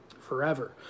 forever